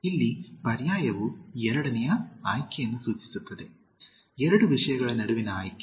ಇಲ್ಲಿ ಪರ್ಯಾಯವು ಎರಡನೆಯ ಆಯ್ಕೆಯನ್ನು ಸೂಚಿಸುತ್ತದೆ ಎರಡು ವಿಷಯಗಳ ನಡುವಿನ ಆಯ್ಕೆ